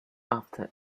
after